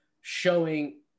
showing